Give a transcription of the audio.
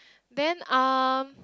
then um